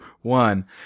one